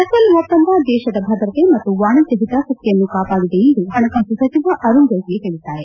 Rafale ಒಪ್ಪಂದ ದೇಶದ ಭದ್ರತೆ ಮತ್ತು ವಾಣಿಜ್ದ ಹಿತಾಸಕ್ತಿಯನ್ನು ಕಾಪಾಡಿದೆ ಎಂದು ಪಣಕಾಸು ಸಚಿವ ಅರುಣ್ ಜೇಟ್ಲಿ ಹೇಳಿದ್ದಾರೆ